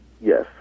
Yes